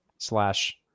slash